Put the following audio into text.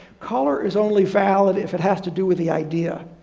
color is only valid if it has to do with the idea.